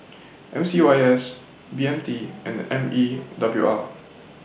M C Y S B M T and M E W R